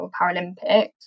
Paralympics